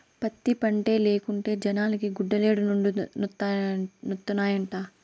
పత్తి పంటే లేకుంటే జనాలకి గుడ్డలేడనొండత్తనాయిట